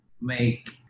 make